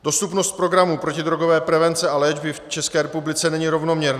Dostupnost programů protidrogové prevence a léčby v České republice není rovnoměrná.